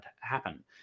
happen